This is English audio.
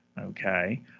Okay